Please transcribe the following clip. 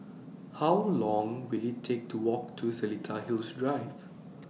How Long Will IT Take to Walk to Seletar Hills Drive